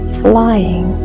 flying